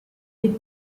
with